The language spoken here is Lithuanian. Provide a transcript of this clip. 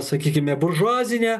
sakykime buržuazinė